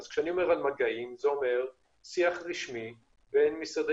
אז כשאני מדבר על מגעים זה אומר שיח רשמי בין משרדי